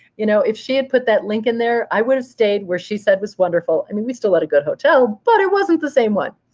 you know if she had put that link in there, i would've stayed where she said was wonderful. i mean, we still a good hotel, but it wasn't the same one.